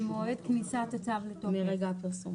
עם הפרסום